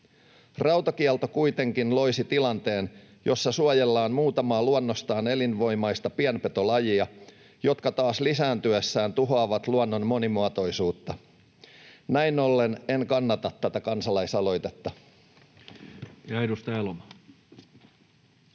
Rautakielto kuitenkin loisi tilanteen, jossa suojellaan muutamaa luonnostaan elinvoimaista pienpetolajia, jotka taas lisääntyessään tuhoavat luonnon monimuotoisuutta. Näin ollen en kannata tätä kansalaisaloitetta.